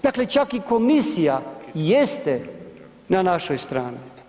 Dakle, čak i komisija jeste na našoj strani.